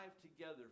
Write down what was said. together